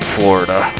Florida